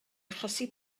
achosi